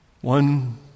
One